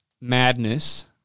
madness